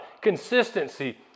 Consistency